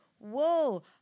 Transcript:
Whoa